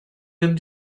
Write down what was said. been